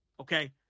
okay